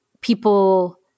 people